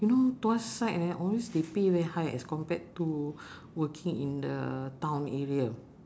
you know tuas side eh always they pay very high as compared to working in the town area